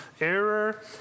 error